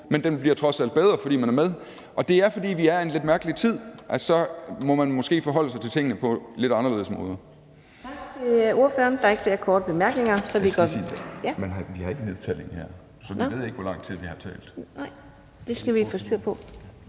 Men den bliver trods alt bedre, fordi man er med. Det er, fordi vi er i en lidt mærkelig tid; så må man måske forholde sig til tingene på lidt anderledes måder.